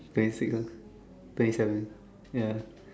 twenty six ah twenty seven this yeah yeah